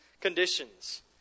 conditions